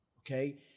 Okay